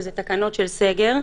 שזה תקנות של סגר,